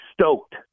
stoked